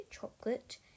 Chocolate